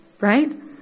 right